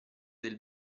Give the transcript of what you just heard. del